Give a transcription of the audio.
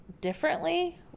differently